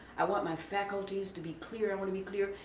i want my faculties to be clear i want to be clear.